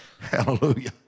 Hallelujah